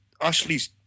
ashley's